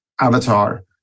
avatar